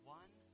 one